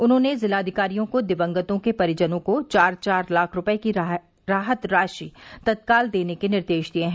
उन्होंने जिलाधिकारियों को दिवंगतों के परिजनों को चार चार लाख रुपये की राहत राशि तत्काल देने के निर्देश दिए हैं